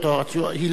הילה,